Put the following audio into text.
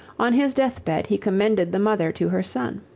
on his death-bed he commended the mother to her son.